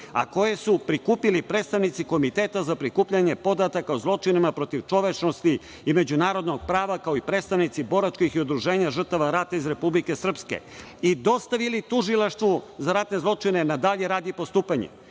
a koje su prikupili predstavnici Komiteta za prikupljanje podataka o zločinima protiv čovečnosti i međunarodnog prava, kao i predstavnici boračkih i Udruženja žrtava rata iz Republike Srpske i dostavili Tužilaštvu za ratne zločine na dalji rad i postupanje.